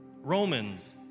Romans